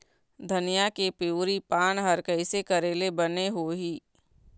धनिया के पिवरी पान हर कइसे करेले बने होही?